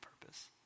purpose